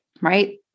right